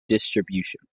distribution